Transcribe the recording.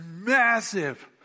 massive